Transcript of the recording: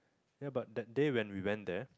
ya but that day when we went there